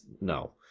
no